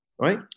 right